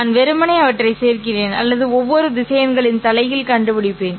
நான் வெறுமனே அவற்றைச் சேர்க்கிறேன் அல்லது ஒவ்வொரு திசையன்களின் தலைகீழ் கண்டுபிடிப்பேன்